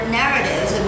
narratives